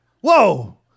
Whoa